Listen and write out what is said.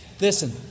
Listen